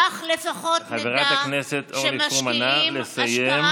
כך לפחות, חברת הכנסת אורלי פרומן, נא לסיים.